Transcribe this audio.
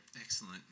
Excellent